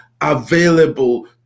available